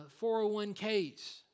401ks